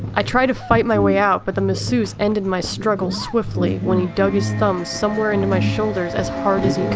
i tried to fight my way out but the masseuse ended my struggle swiftly when he dug his thumbs somewhere into my shoulders as hard as